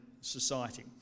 society